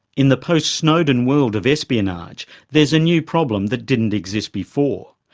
in the post-snowden world of espionage, there's a new problem that didn't exist before.